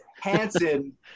Hansen